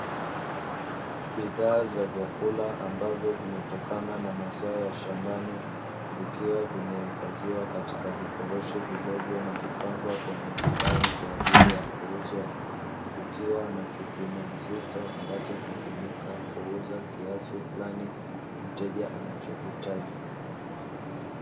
Bidhaa za chakula ambazo zimetokana na mazao ya shambani vikiwa vimehifadhiwa katika vifurushi vidogo na kupangwa kwenye mstari kwa ajili ya kuuzwa, kukiwa na kipimo uzito ambacho hutumika kuuza kiasi fulani mteja anachohitaji.